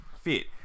fit